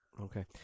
okay